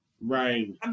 Right